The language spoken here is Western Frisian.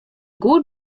goed